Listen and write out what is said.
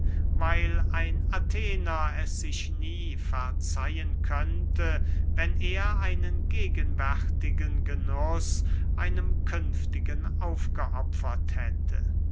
weil ein athener es sich nie verzeihen könnte wenn er einen gegenwärtigen genuß einem künftigen aufgeopfert hätte